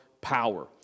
power